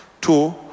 two